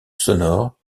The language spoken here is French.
sonore